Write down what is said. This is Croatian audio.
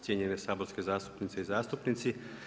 Cijenjene saborske zastupnice i zastupnici.